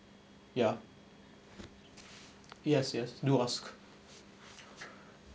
ya yes yes do ask